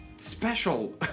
Special